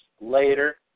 later